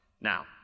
Now